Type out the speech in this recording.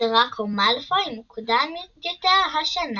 דראקו מאלפוי מוקדם יותר השנה.